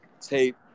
Tape